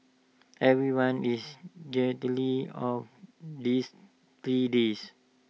everyone is of this three days